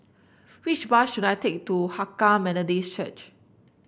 which bus should I take to Hakka Methodist Church